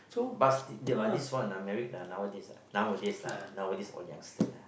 but still but this one ah married ah nowadays nowadays lah nowadays all youngster lah